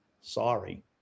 Sorry